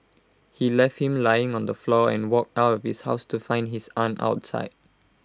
he left him lying on the floor and walked out of his house to find his aunt outside